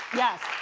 yes.